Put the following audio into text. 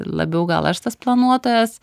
labiau gal aš tas planuotojas